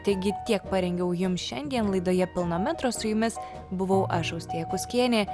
taigi tiek parengiau jums šiandien laidoje pilno metro su jumis buvau aš austėja kuskienė